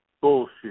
Bullshit